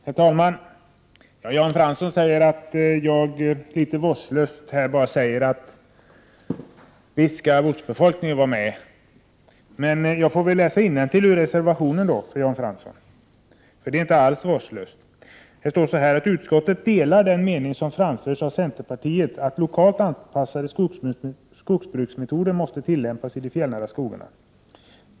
Herr talman! Jan Fransson påstår att jag litet vårdslöst sagt att ortsbefolkningen visst skall vara med, men jag får väl i stället läsa innantill ur reservationen för Jan Fransson. ”Utskottet delar den mening som framförs av centerpartiet att lokalt anpassade skogsbruksmetoder måste tillämpas i de fjällnära skogarna.